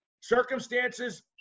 circumstances